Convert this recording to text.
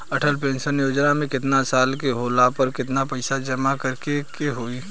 Atal pension Yojana मे केतना साल के होला पर केतना पईसा जमा करे के होई?